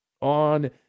on